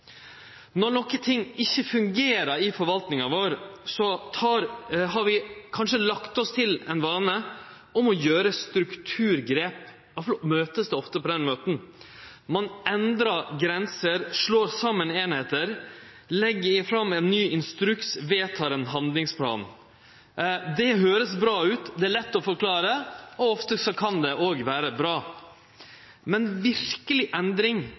Når noko ikkje fungerer i forvaltninga vår, har vi kanskje lagt oss til ein vane med å gjere strukturgrep, i alle fall vert det ofte møtt på den måten. Ein endrar grenser, slår saman einingar, legg fram ein ny instruks og vedtek ein handlingsplan. Det høyrest bra ut, det er lett å forklare, og ofte kan det òg vere bra. Men